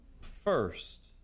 first